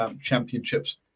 championships